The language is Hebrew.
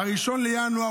אומנם 1 בינואר,